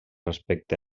respecte